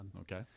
Okay